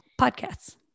Podcasts